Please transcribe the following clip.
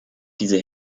diese